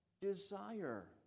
desire